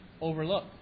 overlook